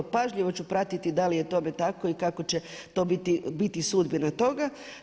Pažljivo ću pratiti da li je tome tako i kako će to biti sudbina toga.